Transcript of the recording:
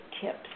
tips